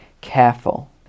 careful